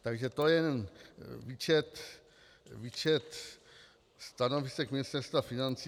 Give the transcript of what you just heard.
Takže to jen výčet stanovisek Ministerstva financí.